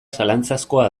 zalantzazkoa